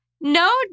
No